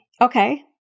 Okay